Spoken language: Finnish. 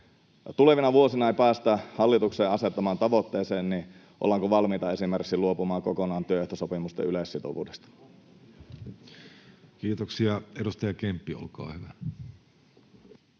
tulevina vuosina ei päästä hallituksen asettamaan tavoitteeseen, niin ollaanko valmiita esimerkiksi luopumaan kokonaan työehtosopimusten yleissitovuudesta? [Vasemmalta: No